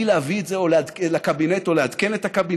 בלי להביא את זה לקבינט או לעדכן את הקבינט,